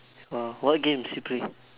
oh what games you play